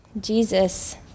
Jesus